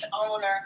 owner